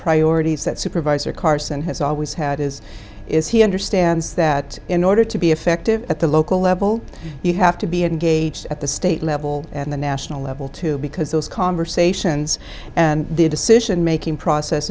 priorities that supervisor carson has always had is is he understands that in order to be effective at the local level you have to be engaged at the state level and the national level too because those conversations and the decision making process